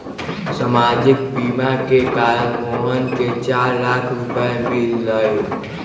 सामाजिक बीमा के कारण मोहन के चार लाख रूपए मिल लय